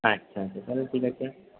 আচ্ছা আচ্ছা তাহলে ঠিক আছে